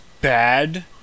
bad